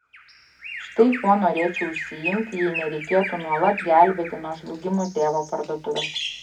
štai kuo norėčiau užsiimti jei nereikėtų nuolat gelbėti nuo žlugimo tėvo parduotuvės